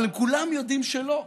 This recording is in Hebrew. אבל הם כולם יודעים שלא,